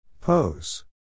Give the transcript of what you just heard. Pose